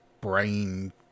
brain